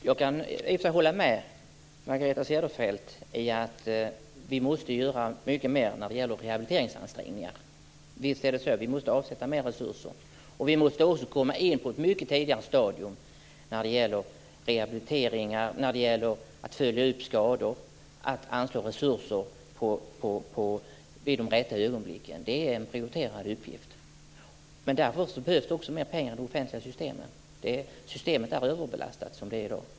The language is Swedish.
Herr talman! Jag kan i och för sig hålla med Margareta Cederfelt om att vi måste göra mycket mer när det gäller rehabiliteringsansträngningar. Visst är det så. Vi måste avsätta mer resurser, och vi måste också komma in på ett mycket tidigare stadium när det gäller rehabiliteringar och när det gäller att följa upp skador. Att anslå resurser vid de rätta ögonblicken är en prioriterad uppgift. Därför behövs det också mer pengar i de offentliga systemen. Systemet är överbelastat som det är i dag.